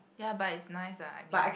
ya but it's nice ah I mean